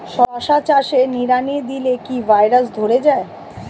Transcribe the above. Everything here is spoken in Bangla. শশা চাষে নিড়ানি দিলে কি ভাইরাস ধরে যায়?